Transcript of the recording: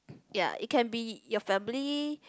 ya it can be your family